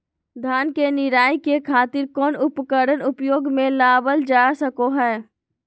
धान के निराई के खातिर कौन उपकरण उपयोग मे लावल जा सको हय?